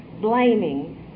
blaming